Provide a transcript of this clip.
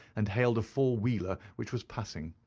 and hailed a four-wheeler which was passing.